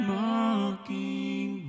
mocking